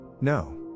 No